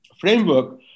framework